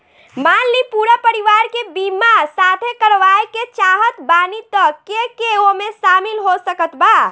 मान ली पूरा परिवार के बीमाँ साथे करवाए के चाहत बानी त के के ओमे शामिल हो सकत बा?